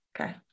Okay